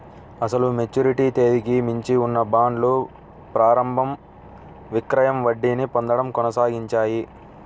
అసలు మెచ్యూరిటీ తేదీకి మించి ఉన్న బాండ్లు ప్రారంభ విక్రయం వడ్డీని పొందడం కొనసాగించాయి